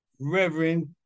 Reverend